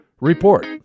Report